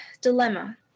dilemma